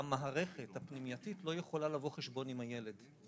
המערכת הפנימייתית לא יכולה לבוא חשבון עם הילד.